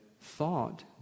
thought